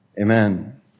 Amen